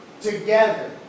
together